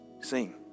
Sing